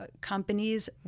companies